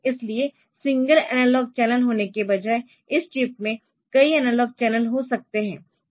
इसलिए single analogue channel होने के बजाय इस चिप में कई एनालॉग चैनल हो सकते है